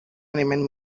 element